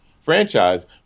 franchise